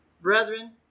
Brethren